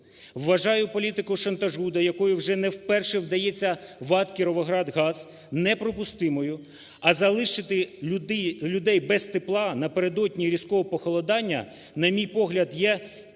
Вважаю політику шантажу, до якої вже не вперше вдається ВАТ "Кіровоградгаз", неприпустимою. А залишити людей без тепла напередодні різкого похолодання, на мій погляд, є не